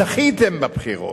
זכיתם בבחירות,